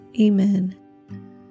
Amen